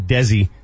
Desi